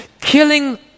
killing